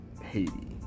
haiti